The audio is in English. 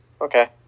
okay